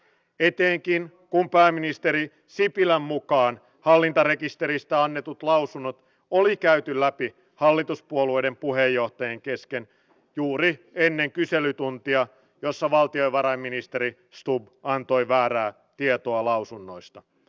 pete kimppuun pääministeri sipilän mukaan hallintarekisteristä annetut sdp esittää poliisikoulutuksen aloituspaikkojen vähenemisen perumista sillä poliisin lakisääteisten tehtävien hoitamiselle poliisikoulutettavien määrän lasku on todellinen uhka